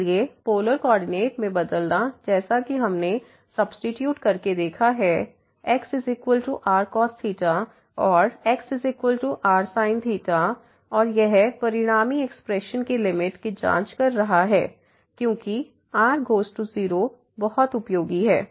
इसलिए polar coordinate में बदलना जैसा कि हमने सब्सीट्यूट करके देखा है xrcos और xrsin और यह परिणामी एक्सप्रेशन की लिमिट की जांच कर रहा है क्योंकि r→0 बहुत उपयोगी है